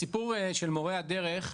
הסיפור של מורי הדרך,